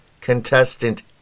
contestant